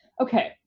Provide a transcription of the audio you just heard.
okay